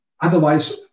otherwise